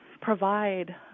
provide